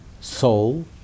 Soul